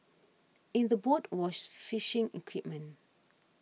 in the boat was fishing equipment